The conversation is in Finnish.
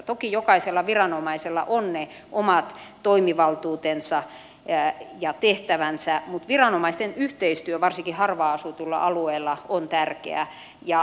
toki jokaisella viranomaisella on ne omat toimivaltuutensa ja tehtävänsä mutta viranomaisten yhteistyö varsinkin harvaan asutuilla alueilla on tärkeää